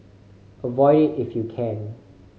avoid it if you can